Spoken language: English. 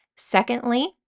Secondly